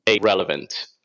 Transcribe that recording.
relevant